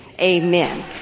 Amen